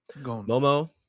Momo